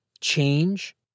change